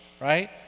right